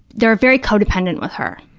they're very codependent with her.